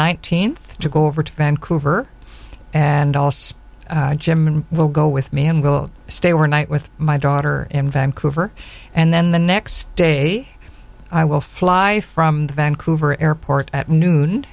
nineteenth to go over to vancouver and also jim will go with me and will stay were night with my daughter in vancouver and then the next day i will fly from vancouver airport at noon